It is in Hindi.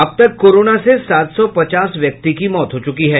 अब तक कोरोना से सात सौ पचास व्यक्ति की मौत हो चुकी है